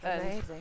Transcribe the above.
Amazing